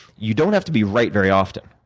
you don't have to be right very often.